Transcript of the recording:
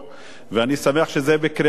ואני שמח שזה בקריאה ראשונה,